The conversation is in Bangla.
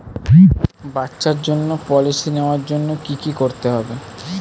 বাচ্চার জন্য পলিসি নেওয়ার জন্য কি করতে হবে?